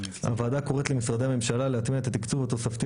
הוועדה קוראת למשרדי הממשלה להטמיע את התקצוב התוספתי